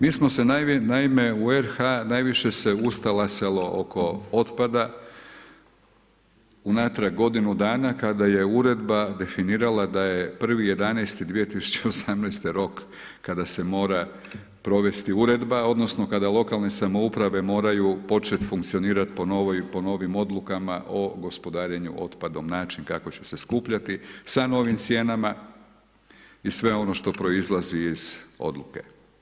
Mi smo naime u RH, najviše se ustalo oko otpada unatrag godinu dana kada je uredba definirala da je 1.11.2018. rok kada se mora provesti uredba odnosno kada lokalne samouprave moraju početi funkcionirati po novim odlukama o gospodarenju otpadom, način kako će se skupljati sa novim cijenama i sve ono što proizlazi iz odluke.